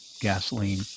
gasoline